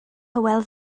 hywel